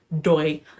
Doi